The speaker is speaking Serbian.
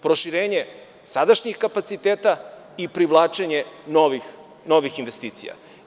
Proširenje sadašnjih kapaciteta i privlačenje novih investicija.